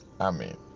Amen